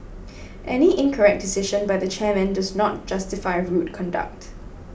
any incorrect decision by the chairman does not justify rude conduct